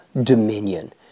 dominion